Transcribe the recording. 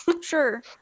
Sure